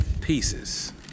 pieces